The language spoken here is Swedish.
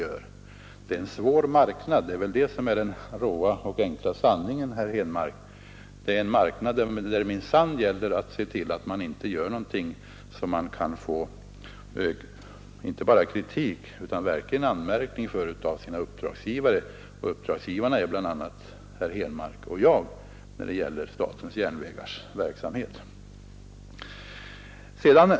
Järnvägsdriften utgör en svår marknad — det är den råa och enkla sanningen, herr Henmark — en marknad där det minsann gäller att se till att man inte gör någonting som man får inte bara kritik utan verkliga anmärkningar för av sina uppdragsgivare. Och uppdragsgivarna i fråga om statens järnvägars verksamhet är bl.a. herr Henmark och jag.